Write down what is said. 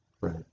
Right